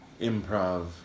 improv